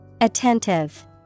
Attentive